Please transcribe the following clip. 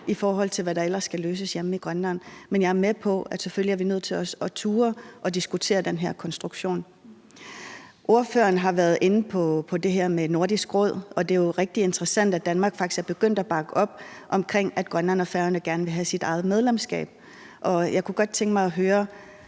i forhold til hvad der ellers skal løses hjemme i Grønland. Men jeg er med på, at selvfølgelig er vi nødt til også at turde diskutere den her konstruktion. Ordføreren har været inde på det her med Nordisk Råd, og det er jo rigtig interessant, at Danmark faktisk er begyndt at bakke op om, at Grønland og Færøerne gerne vil have deres eget medlemskab. Jeg kunne godt tænke mig at høre,